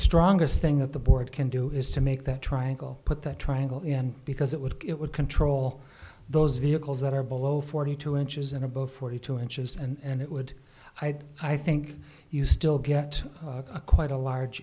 strongest thing of the board can do is to make that triangle put that triangle in because it would it would control those vehicles that are below forty two inches and above forty two inches and it would i think you still get quite a large